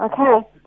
okay